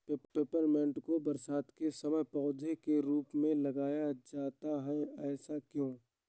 Peppermint को बरसात के समय पौधे के रूप में लगाया जाता है ऐसा क्यो?